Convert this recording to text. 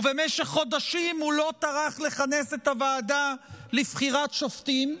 ובמשך חודשים הוא לא טרח לכנס את הוועדה לבחירת שופטים,